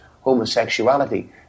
homosexuality